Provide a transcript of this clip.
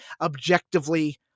objectively